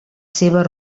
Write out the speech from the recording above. seves